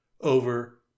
over